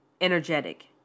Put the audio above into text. energetic